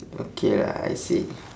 okay lah I see